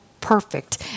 perfect